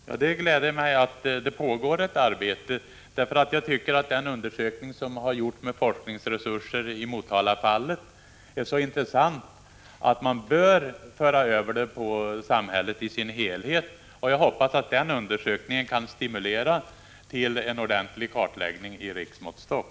Fru talman! Det gläder mig att det pågår ett sådant arbete. Den undersökning som har gjorts med forskningsresurser i Motalafallet är så intressant att man bör utföra en sådan för samhället i dess helhet. Jag hoppas att den undersökningen kan stimulera till en ordentlig kartläggning efter riksmåttstock.